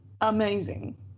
amazing